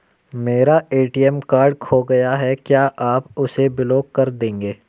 मेरा ATM card खो गया है क्या आप उसे ब्लॉक कर देंगे?